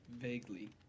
Vaguely